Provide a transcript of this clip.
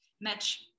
match